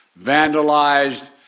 vandalized